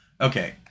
Okay